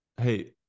hey